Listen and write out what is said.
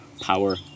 power